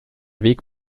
weg